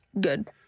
good